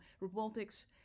robotics